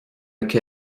aici